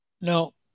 No